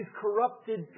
corrupted